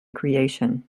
creation